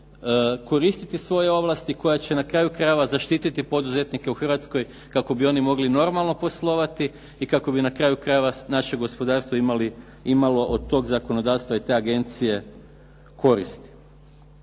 koristiti svoje ovlasti koja će na kraju krajeva zaštititi poduzetnike u Hrvatskoj kako bi oni mogli normalno poslovati i kako bi na kraju krajeva naše gospodarstvo imalo od toga zakonodavstva i te agencije koristi.